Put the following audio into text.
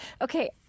Okay